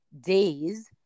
days